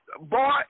boy